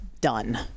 done